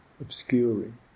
obscuring